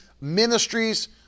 ministries